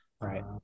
Right